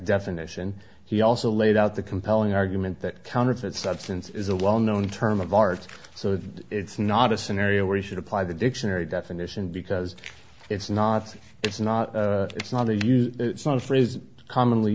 definition he also laid out the compelling argument that counterfeit substance is a well known term of art so it's not a scenario where you should apply the dictionary definition because it's not it's not it's not a use it's not a phrase commonly